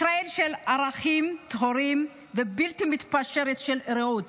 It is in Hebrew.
ישראל של ערכים טהורים ובלתי מתפשרים של רעות,